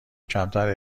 کمتر